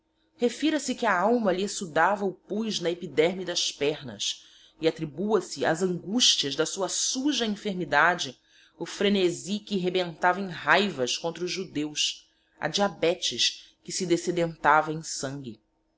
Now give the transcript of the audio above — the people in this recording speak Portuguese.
iii refira se que a alma lhe exsudava o pus na epiderme das pernas e attribua se ás angustias da sua suja enfermidade o phrenesi que rebentava em raivas contra os judeus a diabetes que se dessedentava em sanque